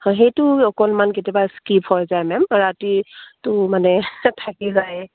হয় সেইটো অকণমান কেতিয়াবা স্কিপ হৈ যায় মেম ৰাতিটো মানে থাকি যায়